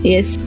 Yes